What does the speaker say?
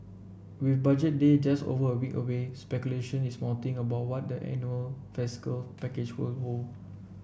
with Budget Day just over a week away speculation is mounting about what the annual fiscal package will hold